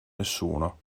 nessuno